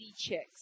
chicks